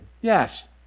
Yes